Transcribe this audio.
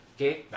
Okay